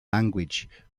language